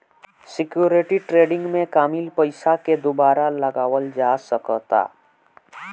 security trading में कामयिल पइसा के दुबारा लगावल जा सकऽता